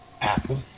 apple